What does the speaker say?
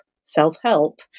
self-help